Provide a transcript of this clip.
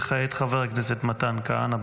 וכעת, חבר הכנסת מתן כהנא,